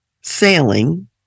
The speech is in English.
sailing